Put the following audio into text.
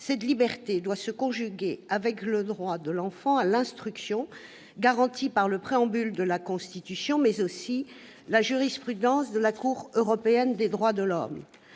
cette liberté doit se conjuguer avec le droit de l'enfant à l'instruction, garanti par le préambule de la Constitution, mais aussi par la jurisprudence de la Cour européenne des droits de l'homme.